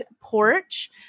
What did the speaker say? porch